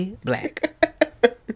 black